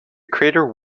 crater